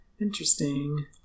Interesting